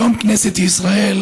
היום כנסת ישראל